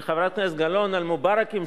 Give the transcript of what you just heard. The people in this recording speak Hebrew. בשביל זה אנחנו רואים את ההתנהגות של המציע פה,